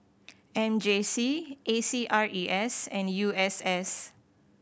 M J C A C R E S and U S S